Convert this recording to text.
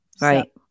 right